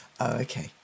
okay